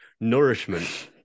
nourishment